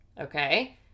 okay